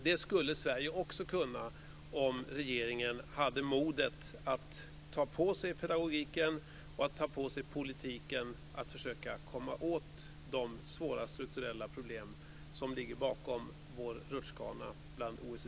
Det skulle Sverige också kunna bli om regeringen hade modet att ta sig an pedagogiken och politiken att försöka komma åt de svåra strukturella problem som ligger bakom vår rutschkana i